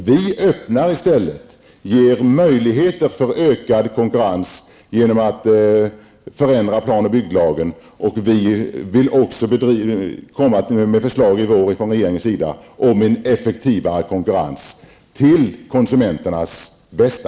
Vi öppnar i stället och ger nya möjligheter för ökad konkurrens genom att ändra plan och bygglagen. Regeringen kommer med ett förslag till våren om en effektivare konkurrens till konsumenternas bästa.